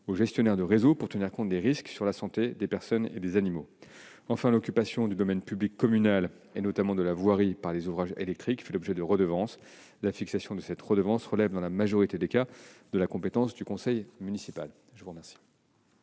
aux gestionnaires de réseau pour tenir compte des risques sur la santé des personnes et des animaux. Enfin, l'occupation du domaine public communal, notamment de la voirie, par les ouvrages électriques fait l'objet de redevances, dont la fixation relève, dans la majorité des cas, de la compétence du conseil municipal. Mes chers